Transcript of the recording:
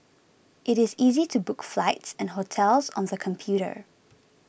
it is easy to book flights and hotels on the computer